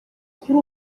kuri